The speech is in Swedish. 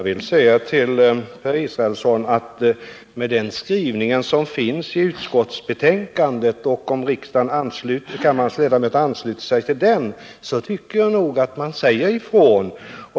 Herr talman! Till Per Israelsson vill jag säga att om riksdagens ledamöter ansluter sig till den skrivning som finns i utskottets betänkande, tycker jag nog att utskottet där säger ifrån.